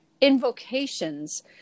invocations